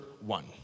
one